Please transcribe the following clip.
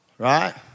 Right